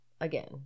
again